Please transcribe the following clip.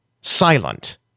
silent